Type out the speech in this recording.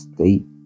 State